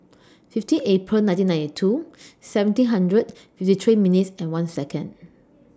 fifteen April nineteen ninety two seventeen hundred fifty three minutes one Second